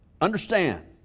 understand